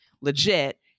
legit